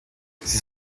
sie